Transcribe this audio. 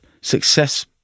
success